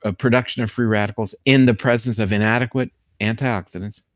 ah production of free radicals in the presence of inadequate antioxidants,